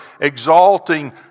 exalting